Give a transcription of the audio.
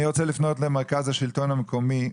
אני רוצה לפנות למרכז השלטון המקומי,